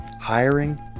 hiring